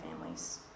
families